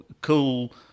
cool